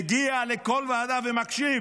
מגיע לכל ועדה ומקשיב,